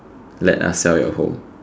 let us sell your home